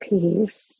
peace